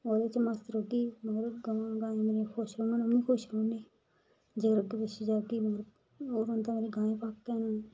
ओह्दे च मस्त रौह्गी मतलब गाईं दे कम्मै च अम्मी खुश रौहन्नी जेकर अग्गें पिच्छें जाह्गी ते ओह् रौंह्दा गाईं फाकै न